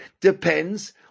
depends